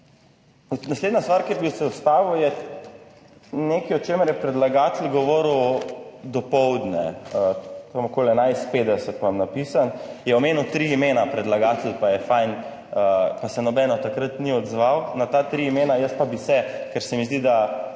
Naslednja stvar, kjer bi se ustavil je nekaj o čemer je predlagatelj govoril dopoldne, tam okoli 11.50 imam napisano, je omenil tri imena, predlagatelj pa je fajn, pa se noben od takrat ni odzval na ta tri imena, jaz pa bi se, ker se mi zdi, da